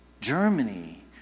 Germany